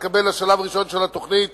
יתקבל לשלב הראשון של התוכנית